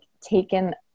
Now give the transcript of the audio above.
taken